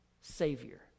Savior